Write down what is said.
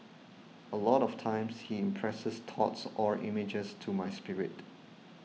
a lot of times he impresses thoughts or images to my spirit